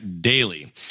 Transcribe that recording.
daily